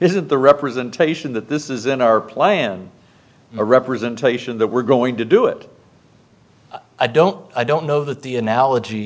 isn't the representation that this is in our plan a representation that we're going to do it i don't i don't know that the analogy